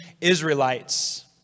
Israelites